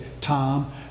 Tom